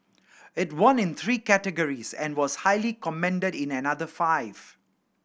it won in three categories and was highly commended in another five